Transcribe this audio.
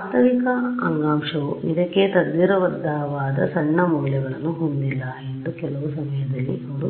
ವಾಸ್ತವಿಕ ಅಂಗಾಂಶವು ಇದಕ್ಕೆ ತದ್ವಿರುದ್ಧವಾದ ಸಣ್ಣ ಮೌಲ್ಯಗಳನ್ನು ಹೊಂದಿಲ್ಲ ಎಂದು ಕೆಲವು ಸಮಯದಲ್ಲಿ ಅವರು